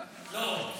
לא.